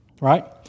Right